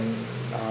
and uh